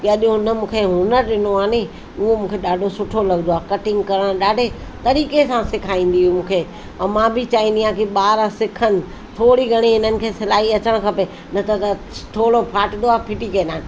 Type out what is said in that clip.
अॼु हुन मूंखे हुनर ॾिनो आहे नी उहो मूंखे ॾाढो सुठो लॻंदो आ कटिंग करणु ॾाढे तरीक़े सां सेखारींदी हुई मूंखे ऐं मां बि चाहींदी आहियां की ॿार सिखनि थोरी घणी हिननि खे सिलाई अचणु खपे न त त थोरो फाटिदो आहे फिटी कंदा आहिनि